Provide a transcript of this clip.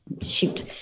shoot